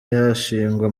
yashingwa